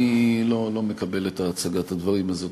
אני לא מקבל את הצגת הדברים הזו,